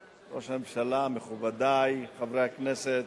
ראש הממשלה, מכובדי חברי הכנסת,